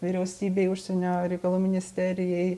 vyriausybei užsienio reikalų ministerijai